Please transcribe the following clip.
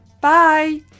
Bye